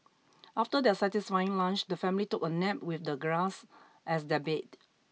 after their satisfying lunch the family took a nap with the grass as their bed